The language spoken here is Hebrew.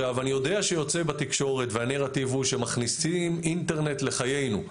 אני יודע שיוצא בתקשורת והנרטיב הוא שמכניסים אינטרנט לחיינו,